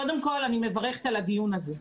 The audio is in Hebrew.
קודם כול, אני מברכת על הדיון הזה.